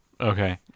Okay